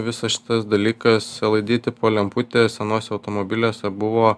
visas šitas dalykas elaidy tipo lemputė senuose automobiliuose buvo